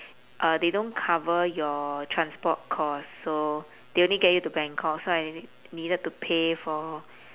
uh they don't cover your transport costs so they only get you to bangkok so I needed to pay for